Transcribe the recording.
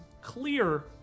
clear